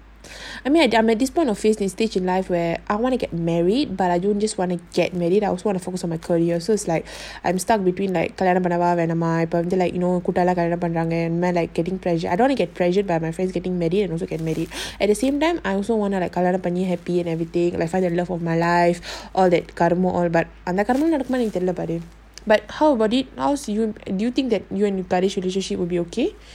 I mean I'm at this point of phase of stage in life where I want to get married but I don't just want to get married I also want to focus on my career so it's like I'm stuck between like கல்யாணம்பண்ணவாவேணாமா:kalyanam pannava venama am I like getting pressured I don't want pressured by my friends getting married and also get marreid at the same time I also want to like கல்யாணம்பண்ணி:kalyanam panni like find the love of my life all that கர்மா:karma but how got it hows you do you think that you and relationship will be okay